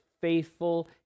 faithful